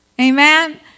Amen